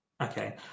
okay